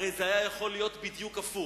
הרי זה יכול היה להיות בדיוק ההיפך: